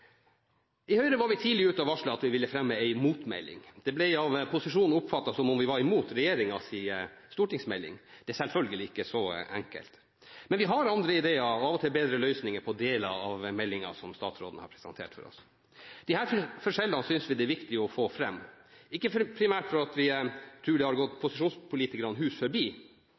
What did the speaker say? I Høyre var vi tidlig ute og varslet at vi ville fremme en motmelding. Det ble av posisjonen oppfattet som om vi var i mot regjeringens stortingsmelding. Det er selvfølgelig ikke så enkelt. Men vi har andre ideer og bedre løsninger på deler av meldingen som statsråden har presentert for oss. Disse forskjellene synes vi det er viktig å få fram, ikke primært fordi vi tror at det har gått posisjonspolitikerne hus forbi.